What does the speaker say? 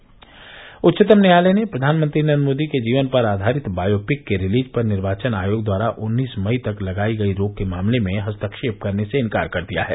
Delhi bulletin उच्चतम न्यायालय ने प्रधानमंत्री नरेन्द्र मोदी के जीवन पर आधारित बायोपिक के रिलीज पर निर्वाचन आयोग द्वारा उन्नीस मई तक लगाई गई रोक के मामले में हस्तक्षेप करने से इंकार कर दिया है